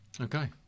Okay